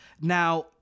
Now